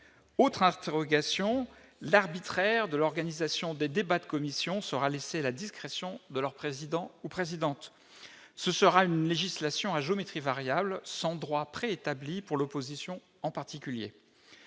autre interrogation : l'arbitraire de l'organisation des débats de commission sera laissée à la discrétion de leur président ou présidente, ce sera une législation à Jean Mitry variable sans droit préétabli pour l'opposition, en particulier